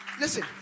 Listen